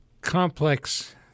complex